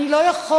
אני לא יכול,